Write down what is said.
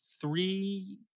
three